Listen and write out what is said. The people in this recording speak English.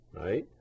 right